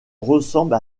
ressemble